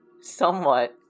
somewhat